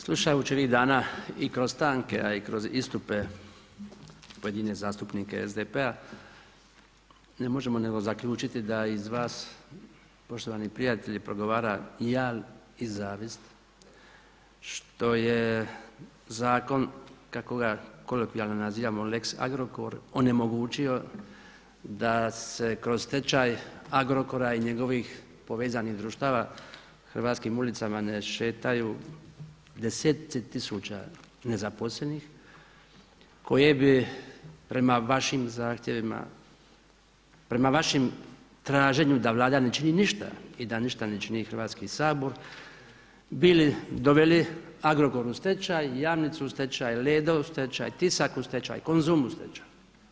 Slušajući ovih dana i kroz stanke a i kroz istupe pojedinih zastupnika SDP-a ne možemo nego zaključiti da iz vas poštovani prijatelji progovara jal i zavist što je zakon kako ga kolokvijalno nazivamo lex Agrokor onemogućio da se kroz stečaj Agrokora i njegovih povezanih društava hrvatskim ulicama ne šetaju desetci tisuća nezaposlenih koje bi prema vašim zahtjevima, prema vašem traženju da Vlada ne čini ništa i da ništa ne čini Hrvatski sabor bili, doveli Agrokor u stečaj i Jamnicu u stečaj i Ledo u stečaj, Tisak u stečaj Konzum u stečaj.